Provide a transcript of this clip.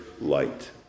light